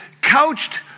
couched